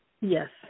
Yes